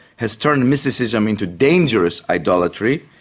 has turned mysticism into dangerous idolatry,